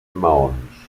maons